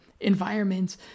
environments